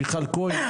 מיכל כהן,